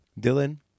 dylan